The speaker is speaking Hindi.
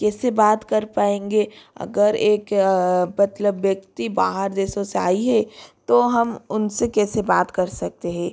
कैसे बात कर पाएंगे अगर एक मतलब व्यक्ति बाहर देशों से आया है तो हम उन से कैसे बात कर सकते हैं